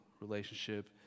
relationship